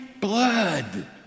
blood